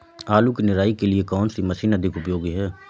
आलू की निराई के लिए कौन सी मशीन अधिक उपयोगी है?